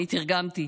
אני תרגמתי